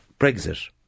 Brexit